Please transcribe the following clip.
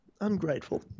Ungrateful